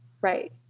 right